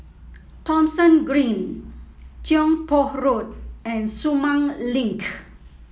Thomson Green Tiong Poh Road and Sumang Link